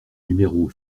numéro